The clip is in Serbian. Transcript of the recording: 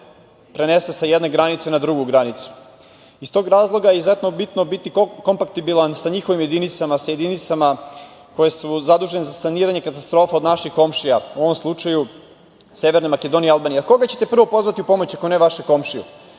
prenese sa jedne granice na drugu granicu. Iz tog razloga izuzetno je bitno biti kompaktibilan sa njihovim jedinicama, sa jedinicama koje su zadužene za saniranje katastrofa od naših komšija, u ovom slučaju Severne Makedonije i Albanije, jer koga ćete prvo pozvati u pomoć ako ne vašeg komšiju,